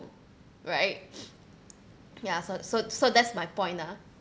right ya so so so that's my point lah